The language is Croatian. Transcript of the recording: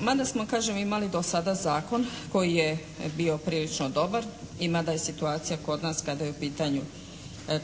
Mada smo kažem imali do sada zakon koji je bio prilično dobar i mada je situacija kod nas